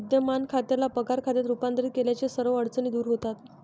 विद्यमान खात्याला पगार खात्यात रूपांतरित केल्याने सर्व अडचणी दूर होतात